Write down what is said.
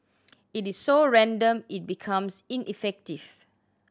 it is so random it becomes ineffective